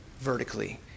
vertically